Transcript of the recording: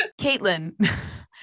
Caitlin